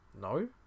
no